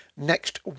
next